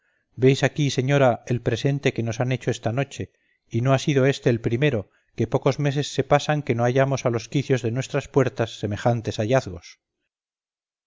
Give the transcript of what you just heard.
veis aquí señora el presente que nos han hecho esta noche y no ha sido éste el primero que pocos meses se pasan que no hallamos a los quicios de nuestras puertas semejantes hallazgos